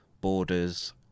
borders